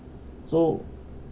so